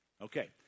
Okay